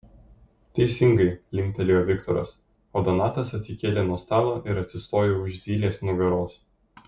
teisingai linktelėjo viktoras o donatas atsikėlė nuo stalo ir atsistojo už zylės nugaros